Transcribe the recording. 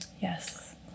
Yes